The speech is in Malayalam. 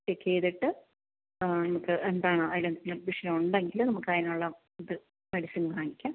ചെക്ക് ചെയ്തിട്ട് നമുക്ക് എന്താണോ അതിലെന്തെങ്കിലും പ്രശ്നമുണ്ടെങ്കിൽ നമുക്ക് അതിനുള്ള ഇത് മെഡിസിൻ വാങ്ങിക്കാം